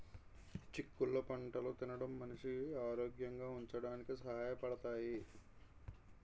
చిక్కుళ్ళు పంటలు తినడం మనిషి ఆరోగ్యంగా ఉంచడానికి సహాయ పడతాయి